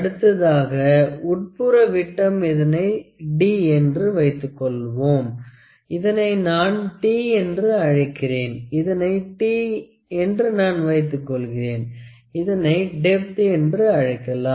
அடுத்ததாக உட்புற விட்டம் இதனை d என்று வைத்துக் கொள்ளலாம் இதை நான் T என்று அழைக்கிறேன் இதனை t என்று நான் வைத்துக் கொள்கிறேன் இதனை டெப்த் என்று அழைக்கலாம்